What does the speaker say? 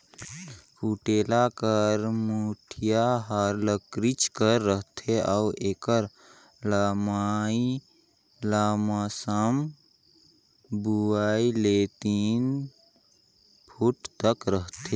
कुटेला कर मुठिया हर लकरिच कर रहथे अउ एकर लम्मई लमसम दुई ले तीन फुट तक रहथे